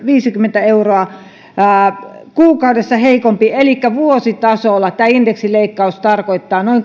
viisikymmentä euroa kuukaudessa elikkä vuositasolla tämä indeksileikkaus tarkoittaa noin